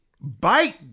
bite